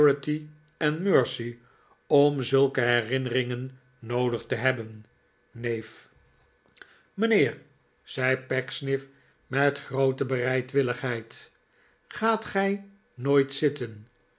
charity en mercy om zulke hermneringen noodig te hebben neef mijnheer zei pecksniff met groote bereidwilligheld gaat gij nooit zitten